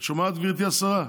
את שומעת, גברתי השרה?